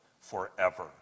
forever